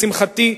לשמחתי,